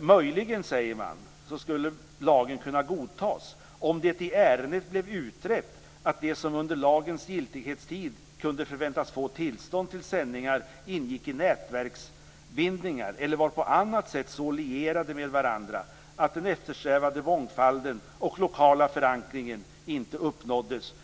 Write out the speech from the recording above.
Möjligen, säger man, skulle lagen kunna godtas om det i ärendet blev utrett att de som under lagens giltighetstid kunde förväntas få tillstånd till sändningar ingick i nätverksbindningar eller var på annat sätt så lierade med varandra att den eftersträvade mångfalden och lokala förankringen inte uppnåddes.